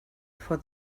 for